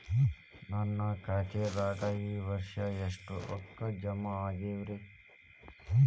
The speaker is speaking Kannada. ನನ್ನ ಖಾತೆದಾಗ ಈ ವರ್ಷ ಎಷ್ಟು ರೊಕ್ಕ ಜಮಾ ಆಗ್ಯಾವರಿ?